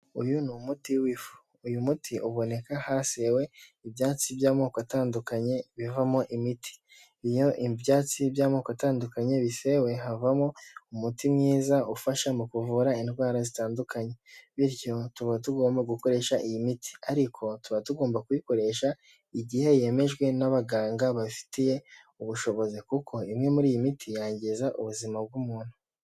Uyu ni umuti w'ifu. Uyu muti uboneka hasewe ibyatsi by'amoko atandukanye bivamo imiti. Iyo ibyatsi by'amoko atandukanye bisewe havamo umuti mwiza ufasha mu kuvura indwara zitandukanye, bityo tuba tugomba gukoresha iyi miti ariko tuba tugomba kuyikoresha igihe yemejwe n'abaganga babifitiye ubushobozi kuko imwe muri iyi miti yangiza ubuzima bw'umuntu.